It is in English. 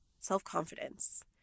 self-confidence